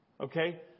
Okay